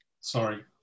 Sorry